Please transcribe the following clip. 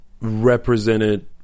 represented